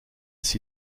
sie